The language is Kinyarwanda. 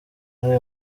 ari